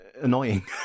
annoying